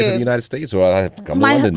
united states while i get my hands.